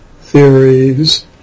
theories